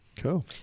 Cool